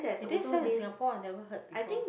did they sell in Singapore I never heard before